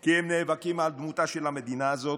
כי הם נאבקים על דמותה של המדינה הזאת,